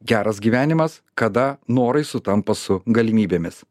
geras gyvenimas kada norai sutampa su galimybėmis